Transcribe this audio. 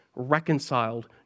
reconciled